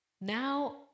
Now